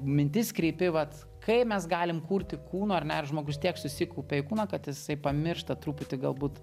mintis kreipi vat kai mes galim kurti kūno ar ne ir žmogus tiek susikaupia į kūną kad jisai pamiršta truputį galbūt